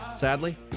sadly